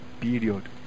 Period